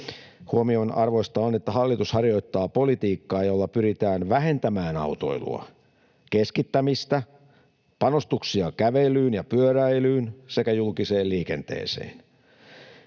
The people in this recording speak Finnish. Huomionarvoista on, että hallitus harjoittaa politiikkaa, jolla pyritään vähentämään autoilua: keskittämistä, panostuksia kävelyyn ja pyöräilyyn sekä julkiseen liikenteeseen.